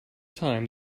time